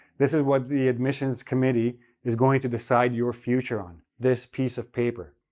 this is what the admissions committee is going to decide your future on, this piece of paper,